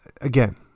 again